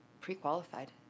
pre-qualified